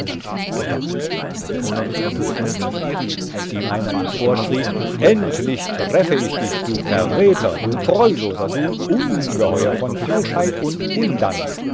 gedankenvoll betrachtete er die inschrift als ihm einer ins ohr schrie endlich treffe ich dich du verräter du treuloser du ungeheuer von falschheit und undank